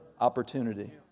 opportunity